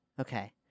Okay